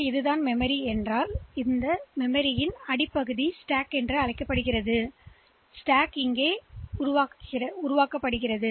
எனவே இது மெமரி என்றால் இது அடுக்கின் அடிப்பகுதி இந்த கட்டத்தில் அடுக்கு தொடங்குகிறது